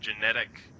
genetic